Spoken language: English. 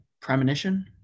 Premonition